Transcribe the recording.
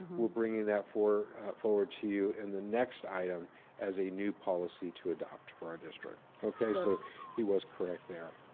we're bringing that forward to you in the next item as a new policy to adopt for our district. okay, so he was correct there.